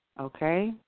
Okay